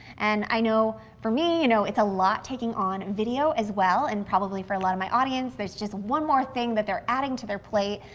and i know, for me, you know, it's a lot taking on video as well, and probably for a lot of my audience, that's just one more thing that they're adding to their plate,